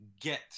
get